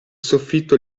soffitto